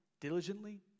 diligently